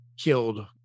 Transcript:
killed